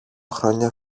χρόνια